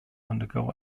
undergo